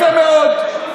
זה יפה מאוד.